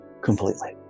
completely